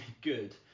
good